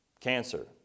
cancer